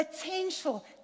potential